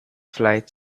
flight